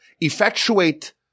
effectuate